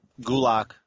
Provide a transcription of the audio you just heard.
Gulak